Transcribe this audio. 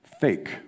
fake